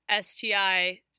STI